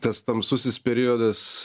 tas tamsusis periodas